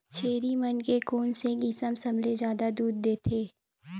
छेरी मन के कोन से किसम सबले जादा दूध देथे?